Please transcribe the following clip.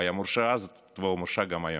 הוא היה מורשע אז והוא מורשע גם היום.